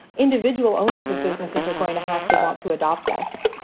individual owners of businesses are going to have to want to adopt this.